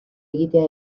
egitea